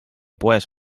poes